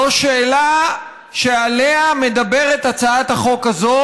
זו השאלה שעליה מדברת הצעת החוק הזו,